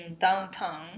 downtown